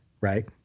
right